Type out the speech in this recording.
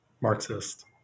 Marxist